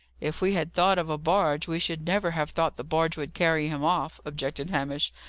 if we had thought of a barge, we should never have thought the barge would carry him off, objected hamish.